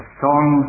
song